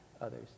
others